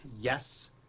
yes